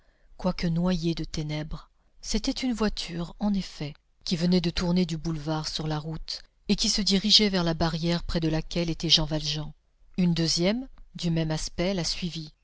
quoique noyés de ténèbres c'était une voiture en effet qui venait de tourner du boulevard sur la route et qui se dirigeait vers la barrière près de laquelle était jean valjean une deuxième du même aspect la suivit